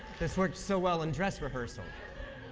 this works so well and dress rehearsal.